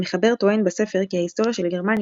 המחבר טוען בספר כי ההיסטוריה של גרמניה,